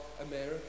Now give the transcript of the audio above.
America